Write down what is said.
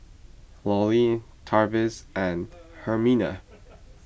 Lollie Travis and Herminia